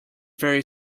very